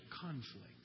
conflict